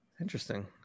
interesting